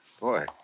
Boy